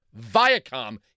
Viacom